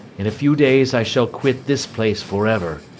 in a few days i shall quit this place for ever.